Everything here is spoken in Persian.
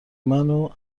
منو